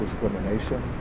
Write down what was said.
discrimination